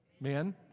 Men